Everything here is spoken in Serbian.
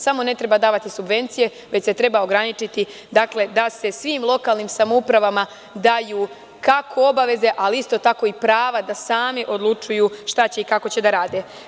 Samo ne treba davati subvencije, već se treba ograničiti, dakle da se svim lokalnim samoupravama daju kako obaveze, ali isto tako i prava da sami odlučuju šta će i kako će da rade.